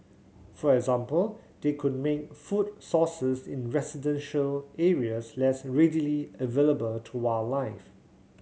for example they could make food sources in residential areas less readily available to wildlife